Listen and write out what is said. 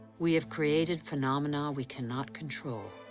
we have created phenomena we cannot control.